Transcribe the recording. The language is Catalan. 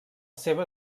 seva